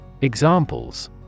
Examples